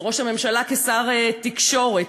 זה ראש הממשלה כשר תקשורת.